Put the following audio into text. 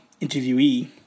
interviewee